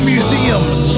Museums